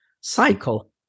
cycle